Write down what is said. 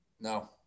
No